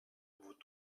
vaut